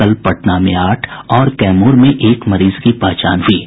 कल पटना में आठ और कैमूर में एक मरीज की पहचान हुई है